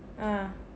ah